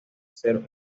ser